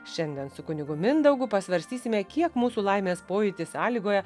šiandien su kunigu mindaugu pasvarstysime kiek mūsų laimės pojūtį sąlygoja